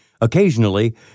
Occasionally